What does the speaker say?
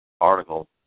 article